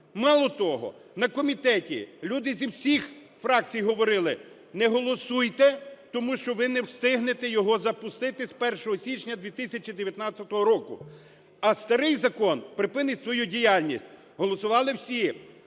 Мало того, на комітеті люди зі всіх фракцій говорили: "Не голосуйте, тому що ви не встигнете його запустити з 1 січня 2019 року, а старий закон припинить свою діяльність". Голосували всі.